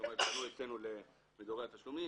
זאת אומרת פנו אצלנו למדורי התשלומים